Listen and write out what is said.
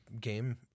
game